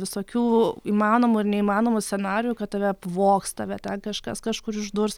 visokių įmanomų ir neįmanomų scenarijų kad tave apvogs tave ten kažkas kažkur išdurs